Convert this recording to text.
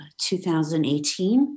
2018